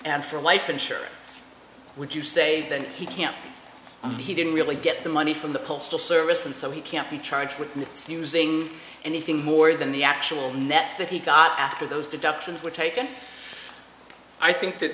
and for life insurance would you say that he can't he didn't really get the money from the postal service and so he can't be charged with using anything more than the actual net that he got after those deductions were taken i think that